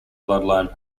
bloodlines